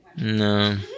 No